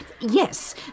Yes